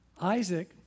Isaac